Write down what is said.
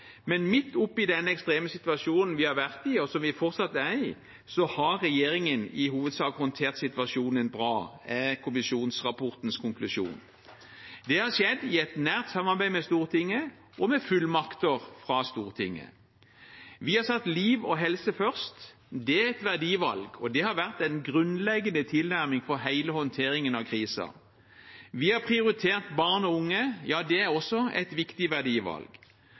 vært i, og som vi fortsatt er i, har regjeringen i hovedsak håndtert situasjonen bra, er kommisjonsrapportens konklusjon. Det har skjedd i et nært samarbeid med Stortinget og med fullmakter fra Stortinget. Vi har satt liv og helse først. Det er et verdivalg, og det har vært en grunnleggende tilnærming for hele håndteringen av krisen. Vi har prioritert barn og unge, det er også et viktig verdivalg.